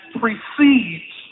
precedes